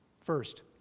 First